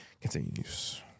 continues